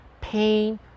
pain